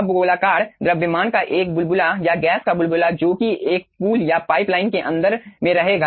अब गोलाकार द्रव्यमान का एक बुलबुला या गैस का बुलबुला जो कि एक पूल या पाइप लाइन के अंदर में रहेगा